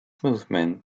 movement